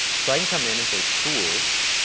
so, i can come in and say tools,